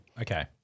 Okay